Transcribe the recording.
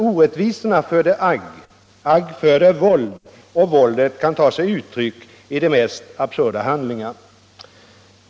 Orättvisor föder agg, agg föder våld och våldet kan ta sig uttryck i de mest absurda handlingar.